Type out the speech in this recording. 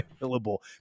available